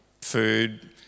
food